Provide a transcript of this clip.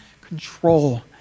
control